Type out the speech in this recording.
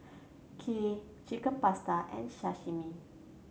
Kheer Chicken Pasta and Sashimi